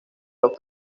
los